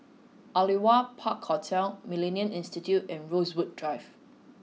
Aliwal Park Hotel Millennia Institute and Rosewood Drive